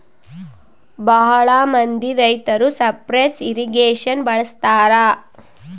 ಭಾಳ ಮಂದಿ ರೈತರು ಸರ್ಫೇಸ್ ಇರ್ರಿಗೇಷನ್ ಬಳಸ್ತರ